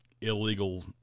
illegal